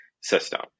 system